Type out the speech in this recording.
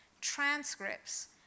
transcripts